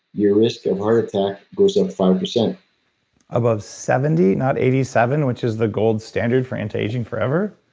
your risk of heart attack goes up five percent above seventy? not eighty seven, which is the gold standard for antiaging forever?